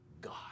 God